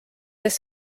kes